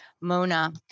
Mona